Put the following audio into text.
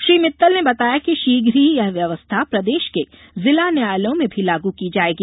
श्री मित्तल ने बताया कि शीघ्र ही यह व्यवस्था प्रदेश के जिला न्यायालयों में भी लागू की जायेगी